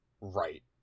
right